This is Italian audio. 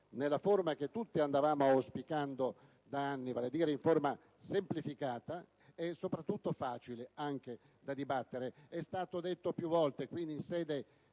nella forma che tutti andavamo auspicando da anni, vale a dire in forma semplificata e soprattutto facile anche da discutere. È stato detto più volte, quindi in sede